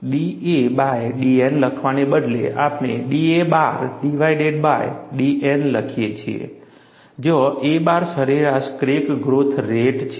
da by dN લખવાને બદલે આપણે da bar divided by dN લખીએ છીએ જ્યાં a બાર સરેરાશ ક્રેક ગ્રોથ રેટ છે